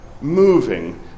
moving